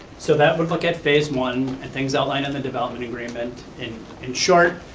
so that would look at phase one, and things outline in the development agreement. in in short,